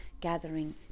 gathering